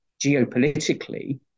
geopolitically